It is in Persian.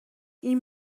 این